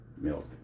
Milk